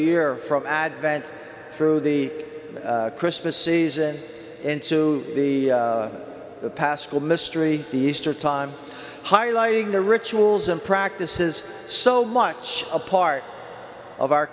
year from advent through the christmas season into the pastoral mystery easter time highlighting the rituals and practices so much a part of our